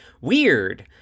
weird